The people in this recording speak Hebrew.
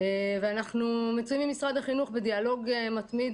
אנחנו נמצאים בדיאלוג מתמיד